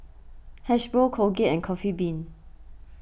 Hasbro Colgate and Coffee Bean